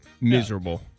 Miserable